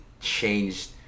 changed